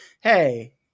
hey